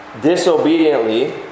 disobediently